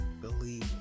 believe